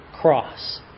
cross